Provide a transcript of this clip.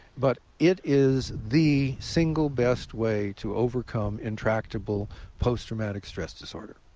but it is the single best way to overcome intractable post-traumatic stress disorder,